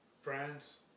friends